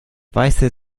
weiße